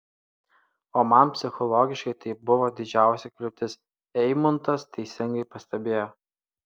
o man psichologiškai tai buvo didžiausia kliūtis eimuntas teisingai pastebėjo